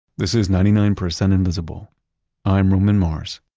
this is ninety nine percent invisible i'm roman mars.